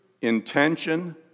intention